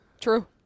True